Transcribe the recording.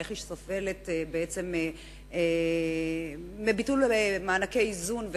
ואיך היא סובלת בעצם מביטול מענקי האיזון,